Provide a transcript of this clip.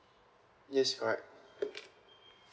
yes correct